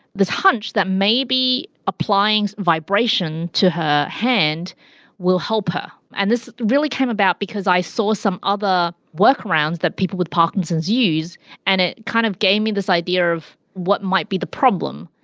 this hunch that maybe applying vibration to her hand will help her. and this really came about because i saw some other workarounds that people with parkinson's use and it kind of gave me this idea of what might be the problem.